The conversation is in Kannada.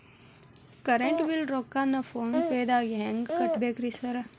ಕರೆಂಟ್ ಬಿಲ್ ರೊಕ್ಕಾನ ಫೋನ್ ಪೇದಾಗ ಹೆಂಗ್ ಕಟ್ಟಬೇಕ್ರಿ ಸರ್?